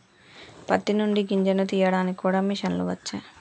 పత్తి నుండి గింజను తీయడానికి కూడా మిషన్లు వచ్చే